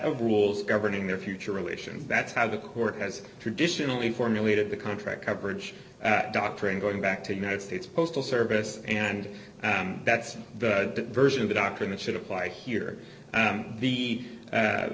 of rules governing their future relation that's how the court has traditionally formulated the contract coverage doctrine going back to the united states postal service and that's the version of the doctrine that should apply here